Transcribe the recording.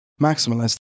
maximalist